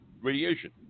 radiation